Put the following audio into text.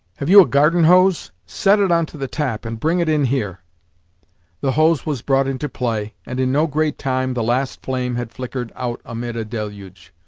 have you a garden hose? set it on to the tap, and bring it in here the hose was brought into play, and in no great time the last flame had flickered out amid a deluge.